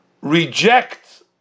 reject